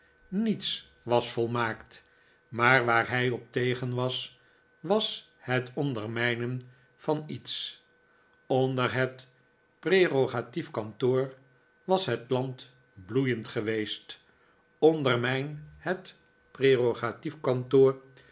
s was volmaakt maar waar hij op tegen was was het ondermijnen van iets onder het prerogatief kantoor was het land bloeiend geweest ondermijn het